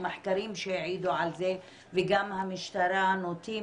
והיו מחקרים שהעידו על זה וגם המשטרה נוטים